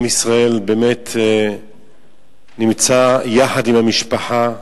עם ישראל נמצא יחד עם המשפחה,